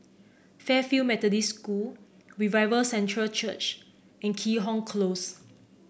Fairfield Methodist School Revival Centre Church and Keat Hong Close